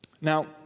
Now